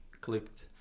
clicked